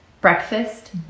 breakfast